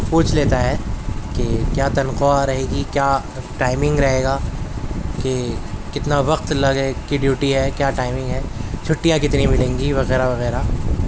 پوچھ لیتا ہے کہ کیا تنخواہ رہے گی کیا ٹائمنگ رہے گا کہ کتنا وقت لگے ڈیوٹی ہے کیا ٹائمنگ ہے چھٹیاں کتنی ملیں گی وغیرہ وغیرہ